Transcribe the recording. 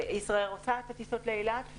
ישראייר עושה טיסות לאילת.